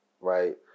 right